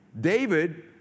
David